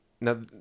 Now